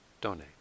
donate